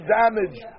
damage